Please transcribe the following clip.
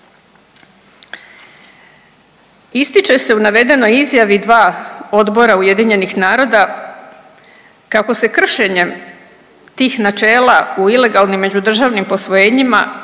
Ističe se u navedenoj izjavi dva odbora UN-a kako se kršenjem tih načela u ilegalnim međudržavnim posvojenjima